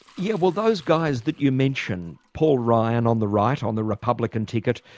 yeah well those guys that you mention paul ryan on the right, on the republican ticket,